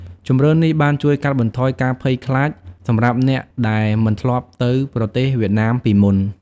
ជម្រើសនេះបានជួយកាត់បន្ថយការភ័យខ្លាចសម្រាប់អ្នកដែលមិនធ្លាប់ទៅប្រទេសវៀតណាមពីមុន។